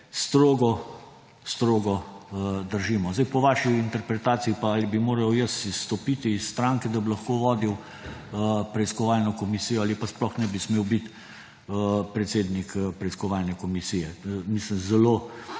strogo strogo držimo. Po vaši interpretaciji pa bi moral jaz izstopiti iz stranke, da bi lahko vodil preiskovalno komisijo, ali pa sploh ne bi smel biti predsednik preiskovalne komisije. Zelo